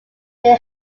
they